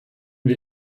wir